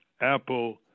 Apple